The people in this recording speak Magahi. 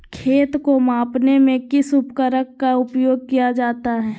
खेत को मापने में किस उपकरण का उपयोग किया जाता है?